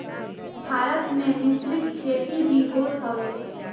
भारत में मिश्रित खेती भी होत हवे